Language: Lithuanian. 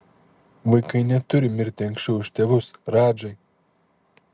vaikai neturi mirti anksčiau už tėvus radžai